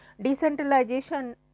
Decentralization